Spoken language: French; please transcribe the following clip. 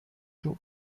joe